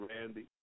Randy